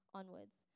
onwards